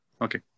Okay